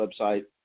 website